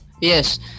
yes